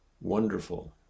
wonderful